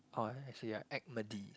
orh actually ya actmedy